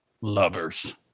lovers